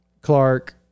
Clark